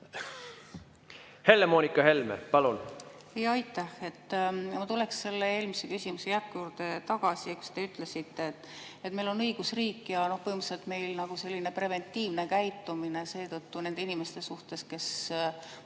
Helle-Moonika Helme, palun!